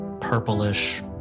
purplish